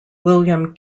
william